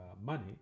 money